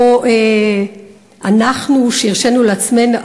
או אנחנו שהרשינו לעצמנו,